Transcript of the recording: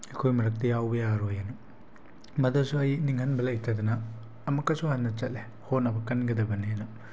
ꯑꯩꯈꯣꯏ ꯃꯔꯛꯇ ꯌꯥꯥꯥꯥꯥꯥꯥꯥꯥꯥꯥꯥꯎꯕ ꯌꯥꯔꯣꯏ ꯑꯅ ꯃꯗꯨꯁꯨ ꯑꯩ ꯅꯤꯡꯍꯟꯕ ꯂꯩꯇꯗꯅ ꯑꯃꯨꯛꯀꯁꯨ ꯍꯟꯅ ꯆꯠꯂꯦ ꯍꯣꯠꯅꯕ ꯀꯟꯒꯗꯕꯅꯦꯅ